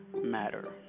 matter